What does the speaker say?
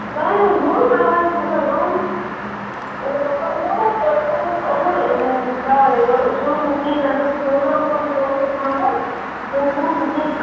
دانہِ حظ لونٕنو اَسہِ اَسہِ حظ لوٚن اوٚبُر تَوَے وُنہِ چھۅنٛمبھ نہٕ کِہیٖنٛۍ اَسہِ اوس پرٛوگرام کوٚرمُت اوترٕ چھۄنٛمبُن وُنہِ چھوٚنٛمبھ نہٕ کیٚنٛہہ